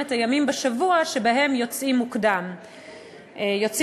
את הימים בשבוע שבהם יוצאים מוקדם הביתה,